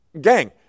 Gang